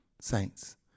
saints